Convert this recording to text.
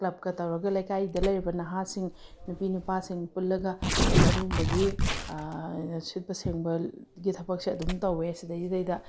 ꯀꯂꯕꯀ ꯇꯧꯔꯒ ꯂꯩꯀꯥꯏꯗ ꯂꯩꯔꯤꯕ ꯅꯍꯥꯁꯤꯡ ꯅꯨꯄꯤ ꯅꯨꯄꯥꯁꯤꯡ ꯄꯨꯜꯂꯒ ꯑꯗꯨꯝ ꯑꯗꯨꯒꯨꯝꯕꯒꯤ ꯁꯤꯠꯄ ꯁꯦꯡꯕꯒꯤ ꯊꯕꯛꯁꯦ ꯑꯗꯨꯝ ꯇꯧꯏ ꯁꯤꯗꯩꯁꯤꯗꯩꯗ